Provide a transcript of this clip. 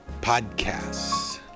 podcasts